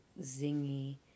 zingy